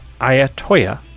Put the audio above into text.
Ayatoya